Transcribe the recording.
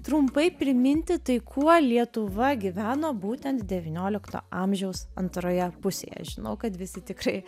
trumpai priminti tai kuo lietuva gyveno būtent devyniolikto amžiaus antroje pusėje žinau kad visi tikrai